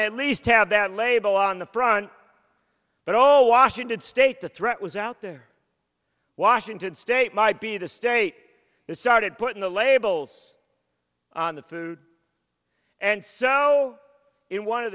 to at least have that label on the front but all washington state the threat was out there washington state might be the state it started putting the labels on the food and so in one o